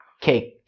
cake